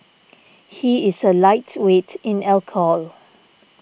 he is a lightweight in alcohol